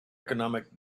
economic